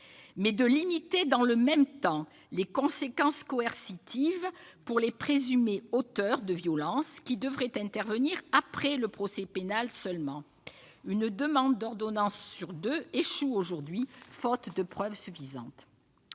mais de limiter, dans le même temps, les conséquences coercitives pour les présumés auteurs de violences, qui devraient intervenir après le procès pénal seulement. Une demande d'ordonnance de protection sur deux échoue aujourd'hui faute de preuves suffisantes.